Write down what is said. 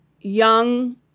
young